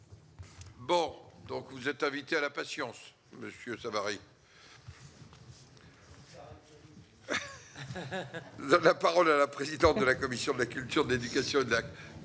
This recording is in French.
Bon, donc vous êtes invité à la patience Monsieur Savary. La parole à la présidente de la commission de la culture, de l'éducation, de la